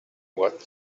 what